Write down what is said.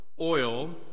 oil